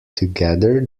together